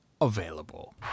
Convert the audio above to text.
available